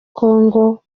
kongo